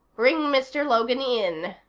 bring mr. logan in,